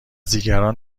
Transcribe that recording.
دیگران